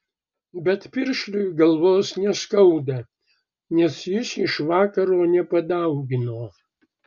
bet piršliui galvos neskauda nes jis iš vakaro nepadaugino